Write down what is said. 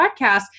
podcast